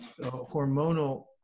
hormonal